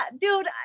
dude